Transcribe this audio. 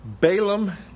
Balaam